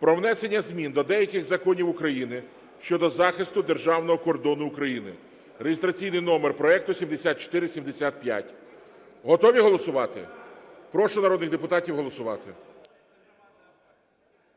про внесення змін до деяких законів України щодо захисту державного кордону України, реєстраційний номер проекту 7475. Готові голосувати? Прошу народних депутатів голосувати.